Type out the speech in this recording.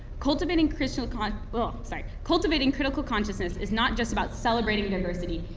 cultivating critical kind of but so like cultivating critical consciousness is not just about celebrating diversity,